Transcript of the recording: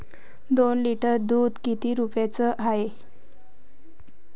दोन लिटर दुध किती रुप्याचं हाये?